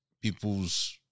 people's